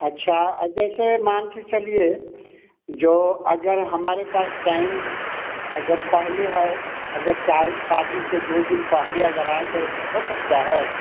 अच्छा अब जैसे मान के चलिए जो अगर हमारे पास टाइम अगर पहले है अगर चाहे शादी से दो दिन पहले अगर आएँ तो हो सकता है